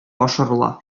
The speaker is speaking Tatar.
ашырыла